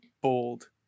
bold